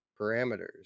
parameters